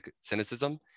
cynicism